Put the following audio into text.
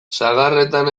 sagarretan